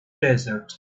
desert